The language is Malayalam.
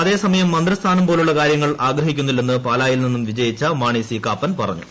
അതേസമയം മന്ത്രിസ്ഥാനം പോലുള്ള കാര്യങ്ങൾ ആഗ്രഹിക്കുന്നില്ലെന്ന് പാലായിൽ നിന്നും വിജയിച്ച മാണി സി കാപ്പൻ പറഞ്ഞു